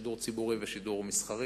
שידור ציבורי ושידור מסחרי.